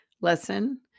lesson